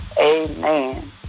Amen